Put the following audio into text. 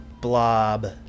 blob